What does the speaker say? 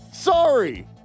Sorry